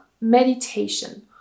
meditation